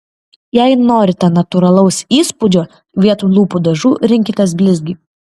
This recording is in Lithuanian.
jei norite natūralaus įspūdžio vietoj lūpų dažų rinkitės blizgį